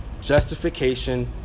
Justification